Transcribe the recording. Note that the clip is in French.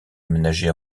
aménagé